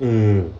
mm